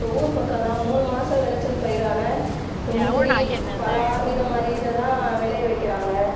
இப்போ ஊர் பக்கம்லாம் மூணு மாத விளைச்சல் பயிரான இப்போ முந்திரி பலா இதை மாதிரி இதை தான் விளைவிக்கிறாங்க